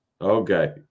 Okay